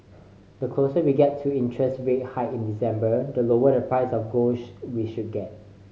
the closer we get to the interest rate hike in December the lower the price of gold we should get